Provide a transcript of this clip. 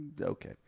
Okay